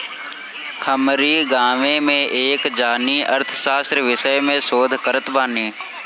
हमरी गांवे में एक जानी अर्थशास्त्र विषय में शोध करत बाने